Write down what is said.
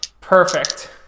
perfect